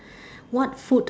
what food